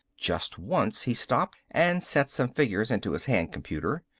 just once he stopped and set some figures into his hand computer.